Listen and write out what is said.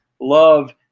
love